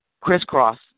crisscross